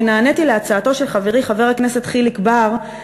אני נעניתי להצעתו של חברי חבר הכנסת חיליק בר,